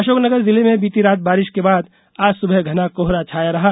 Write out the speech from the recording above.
अशोकनगर जिले में बीती रात बारिश के बाद आज सुबह घना कोहरा छाया रहा